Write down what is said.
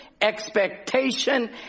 expectation